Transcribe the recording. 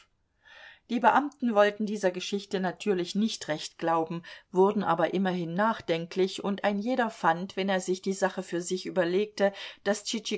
die beamten wollten dieser geschichte natürlich nicht recht glauben wurden aber immerhin nachdenklich und ein jeder fand wenn er sich die sache für sich überlegte daß